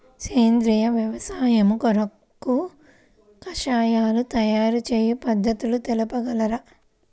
సేంద్రియ వ్యవసాయము కొరకు కషాయాల తయారు చేయు పద్ధతులు తెలుపగలరు?